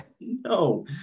No